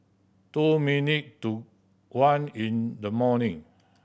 two minute to one in the morning